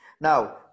Now